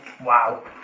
Wow